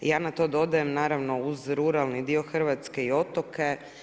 I ja na to dodajem naravno uz ruralni dio Hrvatske i otoke.